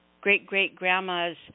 great-great-grandma's